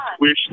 wish